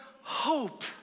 hope